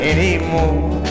Anymore